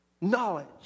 knowledge